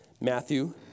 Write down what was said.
Matthew